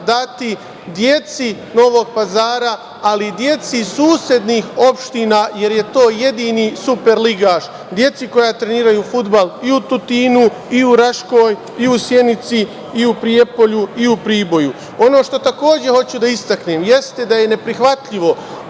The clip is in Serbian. dati deci Novog Pazara, ali i deci iz susednih opština, jer je to jedini superligaš, deci koja treniraju fudbal i u Tutinu, i u Raškoj, i u Sjenici i Prijepolju i u Priboju. Ono što takođe hoću da istaknem, jeste da je neprihvatljivo,